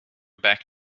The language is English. back